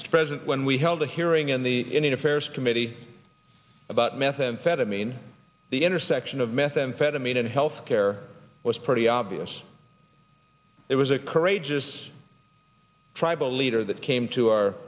was present when we held a hearing in the indian affairs committee about methamphetamine the intersection of methamphetamine and health care was pretty our yes there was a courageous tribal leader that came to our